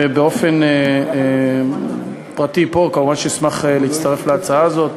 ובאופן פרטי פה, כמובן אשמח להצטרף להצעה הזאת.